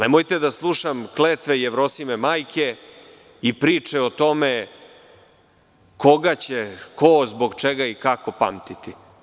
Nemojte da slušam kletve Jevrosime majke i priče o tome koga će ko, zbog čega i kako pamtiti.